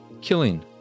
killing